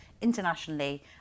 internationally